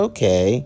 Okay